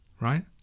Right